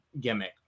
gimmick